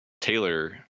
Taylor